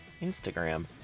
Instagram